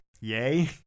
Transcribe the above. yay